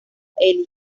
eli